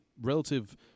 relative